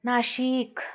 Nashik